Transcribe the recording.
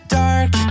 dark